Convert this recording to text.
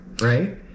right